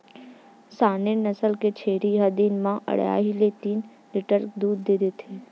Saanen नसल के छेरी ह दिन म अड़हई ले तीन लीटर तक दूद देथे